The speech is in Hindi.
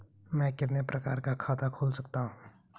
मैं कितने प्रकार का खाता खोल सकता हूँ?